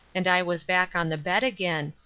and i was back on the bed again,